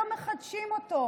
לא מחדשים אותו,